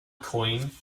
coin